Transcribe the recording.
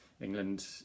England